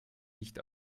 nicht